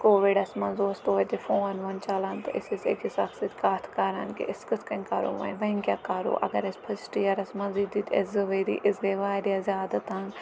کووِڈَس منٛز اوس توتہِ فون وون چَلان تہٕ أسۍ ٲسۍ أکِس اَکھ سۭتۍ کَتھ کَران کہِ أسۍ کٔتھ کٔنۍ کَرو وۄنۍ وۄنۍ کیٛاہ کَرو اگر اَسہِ فٕسٹہٕ یِیَرَس منٛزٕے دِتۍ اَسہِ زٕ ؤری أسۍ گٔے واریاہ زیادٕ تنٛگ